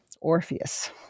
Orpheus